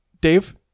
Dave